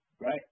Right